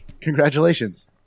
congratulations